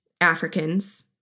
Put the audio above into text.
Africans